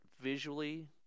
visually